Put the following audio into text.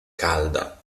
calda